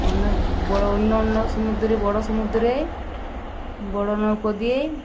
অনেক বড় অন্য অন্য সমুদ্রে বড় সমুদ্রে বড় নৌকো দিয়ে